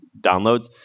downloads